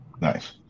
Nice